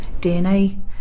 DNA